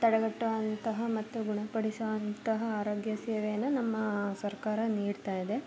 ತಡೆಗಟ್ಟುವಂತಹ ಮತ್ತು ಗುಣಪಡಿಸುವಂತಹ ಆರೋಗ್ಯ ಸೇವೆಯನ್ನು ನಮ್ಮ ಸರ್ಕಾರ ನೀಡ್ತಾ ಇದೆ